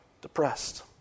depressed